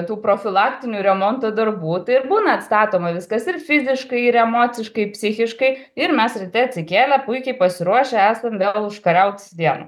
tų profilaktinių remonto darbų tai ir būna atstatoma viskas ir fiziškai ir emociškai psichiškai ir mes ryte atsikėlę puikiai pasiruošę esam vėl užkariaut dieną